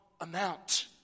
amount